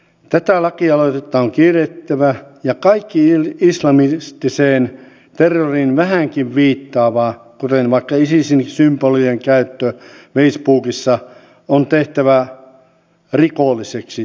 tätä lakialoitetta on kiirehdittävä ja kaikki islamistiseen terroriin vähänkin viittaava kuten vaikka isisin symbolien käyttö facebookissa on tehtävä rikolliseksi toiminnaksi